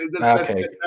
okay